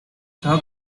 the